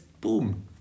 boom